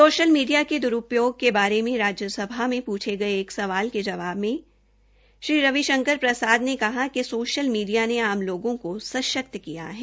social media के दरूपयोग क बारे में राज्यसभा में पूछे गये एक सवाल में श्री रवि शंकर प्रसाद ने कहा कि सोशल मीडिया ने आम लोगों को सशक्त किया है